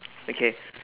okay